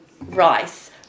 rice